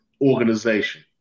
organization